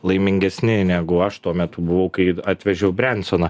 laimingesni negu aš tuo metu buvau kai atvežiau brensoną